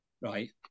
right